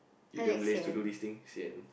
you damn laze to do this thing sian